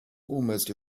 almost